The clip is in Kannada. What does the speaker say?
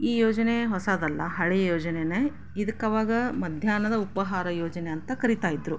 ಈ ಯೋಜನೆ ಹೊಸದಲ್ಲ ಹಳೆಯ ಯೋಜನೆಯೇ ಇದಕ್ಕೆ ಆವಾಗ ಮಧ್ಯಾಹ್ನದ ಉಪಹಾರ ಯೋಜನೆ ಅಂತ ಕರಿತಾಯಿದ್ದರು